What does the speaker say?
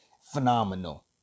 phenomenal